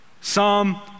Psalm